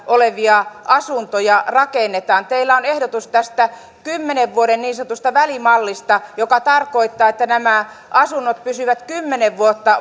olevia asuntoja rakennetaan teillä on ehdotus tästä kymmenen vuoden niin sanotusta välimallista joka tarkoittaa sitä että nämä asunnot pysyvät kymmenen vuotta